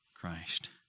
Christ